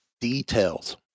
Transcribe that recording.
Details